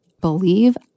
believe